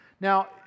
Now